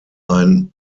ein